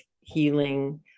healing